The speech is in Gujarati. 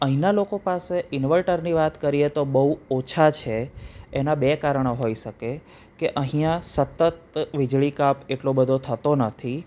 અહીંના લોકો પાસે ઈન્વર્ટરની વાત કરીએ તો બહુ ઓછા છે એના બે કારણો હોઈ શકે કે અહીંયા સતત વીજળી કાપ એટલો બધો થતો નથી